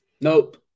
Nope